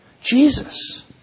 Jesus